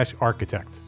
architect